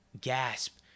gasp